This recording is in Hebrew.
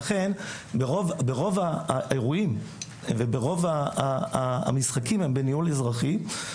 ולכן ברוב האירועים וברוב המשחקים הם בניהול אזרחי.